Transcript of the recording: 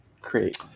create